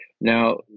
Now